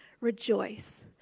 Rejoice